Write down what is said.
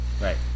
Right